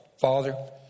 father